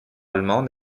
allemandes